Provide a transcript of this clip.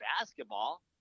basketball